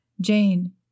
Jane